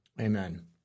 Amen